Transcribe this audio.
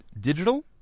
Digital